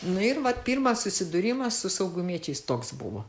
nu ir vat pirmas susidūrimas su saugumiečiais toks buvo